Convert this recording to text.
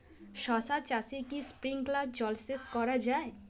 শশা চাষে কি স্প্রিঙ্কলার জলসেচ করা যায়?